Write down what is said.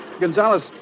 Gonzalez